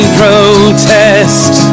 protest